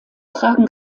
tragen